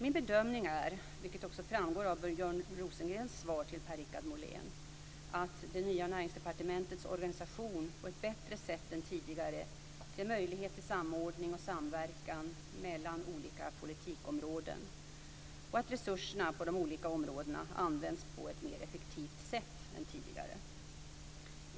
Min bedömning är, vilket också framgår av Björn Näringsdepartementets organisation på ett bättre sätt än tidigare ger möjlighet till samordning och samverkan mellan olika politikområden, och att resurserna på de olika områdena används på ett mer effektivt sätt än tidigare.